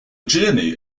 journey